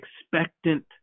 expectant